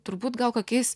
turbūt gal kokiais